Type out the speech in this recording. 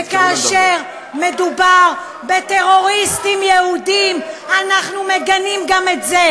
וכאשר מדובר בטרוריסטים יהודים אנחנו מגנים גם את זה,